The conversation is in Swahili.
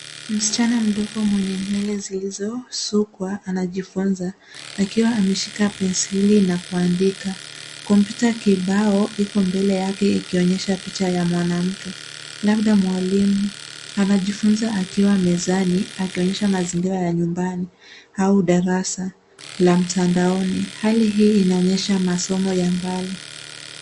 Msichana mdogo mwenye nywele zilizosukwa anajifunza. Akiwa ameshika pensili na kuandika. Kompyuta kibao iko mbele yake ikionyesha picha ya mwanamke labda mwalimu. Anajifunza akiwa mezani akionyesha mazingira ya nyumbani au darasa la mtandaoni. Hali hii inaonyesha masomo ya mbali.